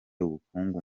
ubukungu